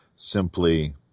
Simply